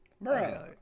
bro